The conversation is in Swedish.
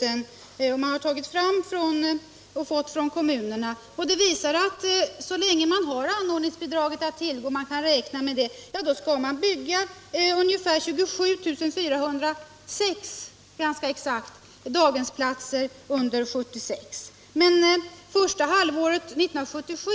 Av det framgår att man så länge man har anord = 14 december 1976 ningsbidrag att tillgå, dvs. under 1976, skall bygga 27 406 daghemsplatser. I Men för första halvåret 1977